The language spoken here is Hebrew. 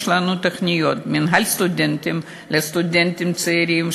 יש לנו תוכניות: מינהל סטודנטים לסטודנטים צעירים,